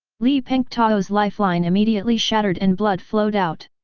li pengtao's lifeline immediately shattered and blood flowed out.